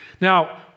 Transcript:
Now